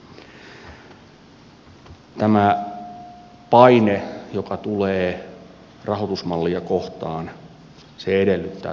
tämä paine joka tulee rahoitusmallia kohtaan edellyttää toimenpiteitä